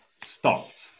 stopped